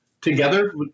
together